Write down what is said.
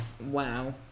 Wow